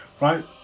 Right